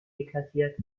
deklassiert